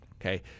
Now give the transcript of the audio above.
Okay